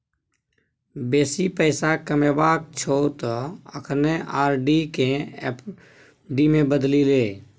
बेसी पैसा कमेबाक छौ त अखने आर.डी केँ एफ.डी मे बदलि ले